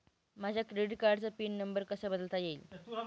माझ्या क्रेडिट कार्डचा PIN number कसा बदलता येईल?